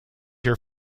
your